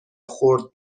خرد